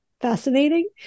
fascinating